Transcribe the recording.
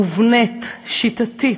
מובנית, שיטתית,